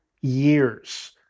years